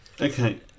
Okay